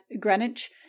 Greenwich